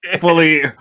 fully